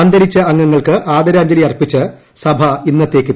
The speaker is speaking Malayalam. അന്തരിച്ച അംഗങ്ങൾക്ക് ആദരാഞ്ജലി അർപ്പിച്ച് സഭ ഇന്നത്തേക്ക് പിരിഞ്ഞു